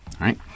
right